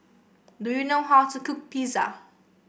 do you know how to cook Pizza